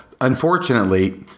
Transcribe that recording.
unfortunately